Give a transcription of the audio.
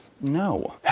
No